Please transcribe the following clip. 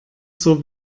zur